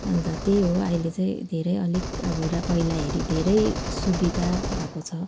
अन्त त्यही हो अहिले चाहिँ धेरै अलिक अब पहिला हेरी धेरै सुविधा भएको छ